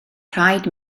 rhaid